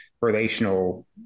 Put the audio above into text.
relational